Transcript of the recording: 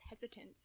hesitance